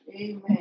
Amen